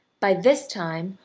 by this time,